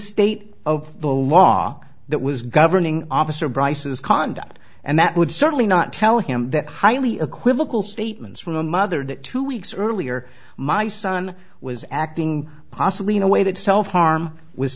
state of the law that was governing officer bryce's conduct and that would certainly not tell him that highly a quizzical statements from a mother that two weeks earlier my son was acting possibly in a way that self harm was